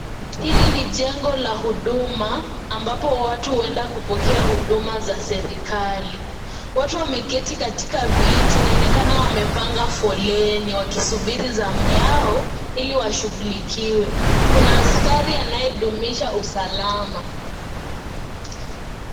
Hili ni jengo la huduma ambapo watu huenda kupokea huduma za serikali. Watu wameketi katika viti inaonekana wapepanga foleni wakisubiri zamu yao ili washughulikiwe. Kuna askari anayendumisha usalama.